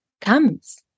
comes